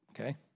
okay